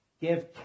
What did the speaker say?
Give